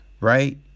right